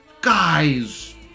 guys